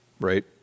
right